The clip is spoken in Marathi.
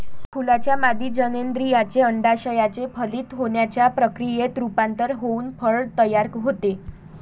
फुलाच्या मादी जननेंद्रियाचे, अंडाशयाचे फलित होण्याच्या प्रक्रियेत रूपांतर होऊन फळ तयार होते